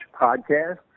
Podcast